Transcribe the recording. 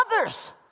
others